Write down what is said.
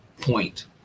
point